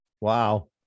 Wow